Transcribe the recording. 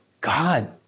God